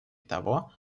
того